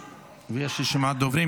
ויש רשימת דוברים.